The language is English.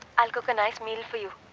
i'll cook a nice meal for you.